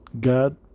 God